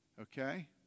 Okay